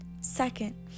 Second